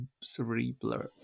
Cerebral